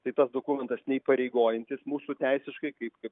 tai tas dokumentas neįpareigojantis mūsų teisiškai kaip kaip